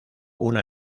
una